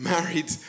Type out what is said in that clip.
Married